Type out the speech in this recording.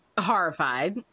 horrified